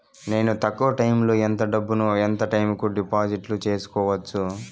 నేను తక్కువ టైములో ఎంత డబ్బును ఎంత టైము కు డిపాజిట్లు సేసుకోవచ్చు?